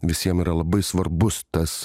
visiem yra labai svarbus tas